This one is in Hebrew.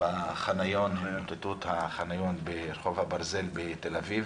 בחניון ברחוב הברזל בתל-אביב.